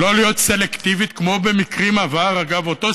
לא להיות סלקטיבית כמו במקרים עברו.